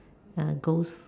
a ghost